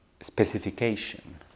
specification